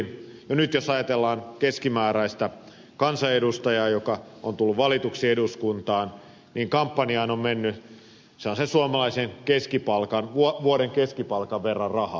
jo nyt jos ajatellaan keskimääräistä kansanedustajaa joka on tullut valituksia eduskuntaan kampanjaan on mennyt suomalaisen vuoden keskipalkan verran rahaa